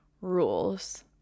rules